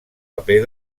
paper